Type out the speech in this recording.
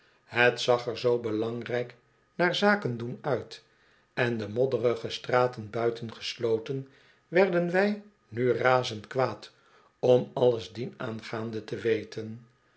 het zag er zoo belangrijk naar zaken doen uit in de modderige straten buiten gesloten werden wij nu razend kwaad om alles dienaangaande te weten